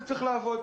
כך זה צריך לעבוד.